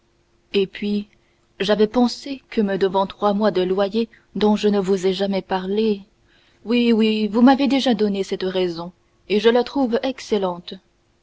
et puis j'avais pensé que me devant trois mois de loyer dont je ne vous ai jamais parlé oui oui vous m'avez déjà donné cette raison et je la trouve excellente